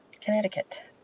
Connecticut